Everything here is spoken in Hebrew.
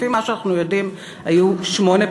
לפי מה שאנחנו יודעים, היו שמונה פגישות.